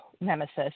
nemesis